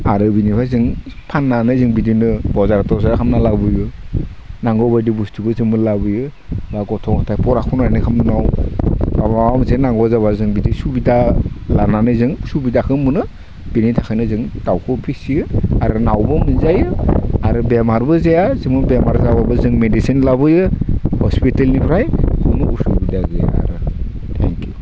आरो बिनिफ्राय जों फाननानै जों बिदिनो बजार तजार खालामना लाबोयो नांगौ बायदि बुस्तुखौ जोङो लाबोयो बा गथ' गथाय परा सुना खामनायाव माबा मोनसे नांगौ जाबा जों बिदि सुबिदा लानानै जों सुबिदाखौ मोनो बिनि थाखायनो जों दाउखौ फिसियो आरो न'आवबो मोनजायो आरो बेमारबो जाया जों बेमार जाबाबो जों मेडिसिन लाबोयो हसपितालनिफ्राय कुनु उसुबिदा गैया थेंकइउ